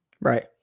Right